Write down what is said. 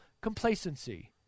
complacency